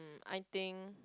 I think